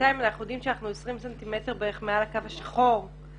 ובינתיים אנחנו יודעים שאנחנו 20 סנטימטרים מעל הקו השחור אבל